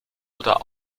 oder